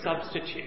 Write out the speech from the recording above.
substitute